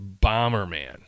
Bomberman